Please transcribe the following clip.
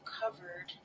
covered